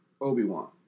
Obi-Wan